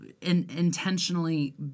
intentionally